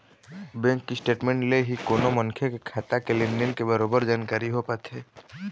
bank statement ले ही कोनो मनखे के खाता के लेन देन के बरोबर जानकारी हो पाथे